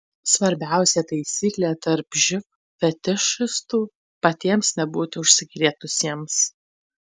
svarbiausia taisyklė tarp živ fetišistų patiems nebūti užsikrėtusiems